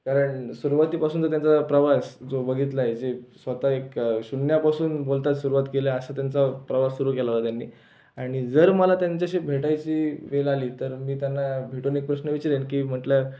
कारण सुरुवातीपासून जो त्यांचा प्रवास जो बघितला आहे जे स्वतः एक शून्यापासून बोलतात सुरुवात केली असा त्यांचा प्रवास सुरू केला होता त्यांनी आणि जर मला त्यांच्याशी भेटायची वेळ आली तर मी त्यांना भेटून एक प्रश्न विचारीन की म्हटलं